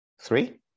Three